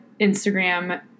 Instagram